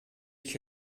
ich